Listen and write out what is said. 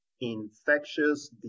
infectious